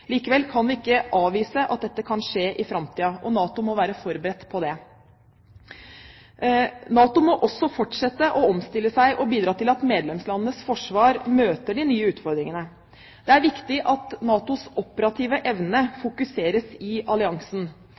Likevel kan vi ikke avvise at dette kan skje i framtiden, og NATO må være forberedt på det. NATO må også fortsette å omstille seg og bidra til at medlemslandenes forsvar møter de nye utfordringene. Det er viktig at NATOs operative evne fokuseres i alliansen.